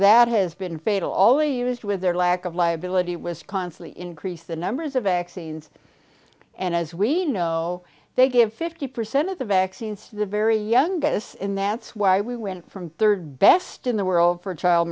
that has been fatal always used with their lack of liability was constantly increase the numbers of accidents and as we know they give fifty percent of the vaccines to the very youngest and that's why we went from third best in the world for child